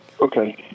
Okay